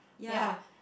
ya